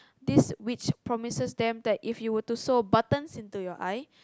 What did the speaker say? this witch promises them that if you were to sew a button into your eye